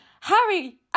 Harry